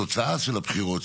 עולה.